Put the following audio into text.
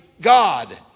God